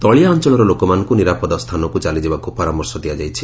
ତଳିଆ ଅଞ୍ଚଳର ଲୋକମାନଙ୍କୁ ନିରାପଦ ସ୍ଥାନକୁ ଚାଲିଯିବାକୁ ପରାମର୍ଶ ଦିଆଯାଇଛି